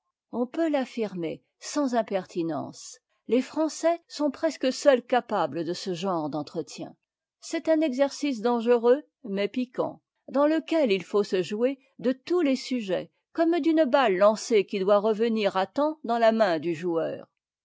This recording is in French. on peut l'affiriner sans impertinence les français sont presque seuls capables de ce genre d'entretien c'est un exercice dangereux mais piquant dans lequel il faut se jouer de tous les sujets comme d'une balle lancée qui doit revenir à temps dans la main du joueur